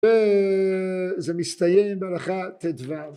‫וזה מסתיים על אחת דבר.